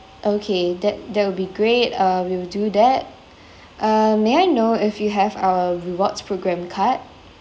okay that that would be great uh we will do that uh may I know if you have a rewards program card